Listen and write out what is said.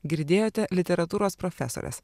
girdėjote literatūros profesorės